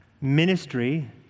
ministry